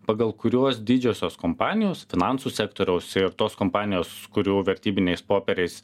pagal kuriuos didžiosios kompanijos finansų sektoriaus ir tos kompanijos kurių vertybiniais popieriais